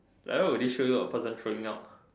like why would they show you a person throwing up